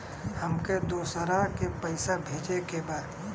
हमके दोसरा के पैसा भेजे के बा?